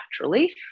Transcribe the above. naturally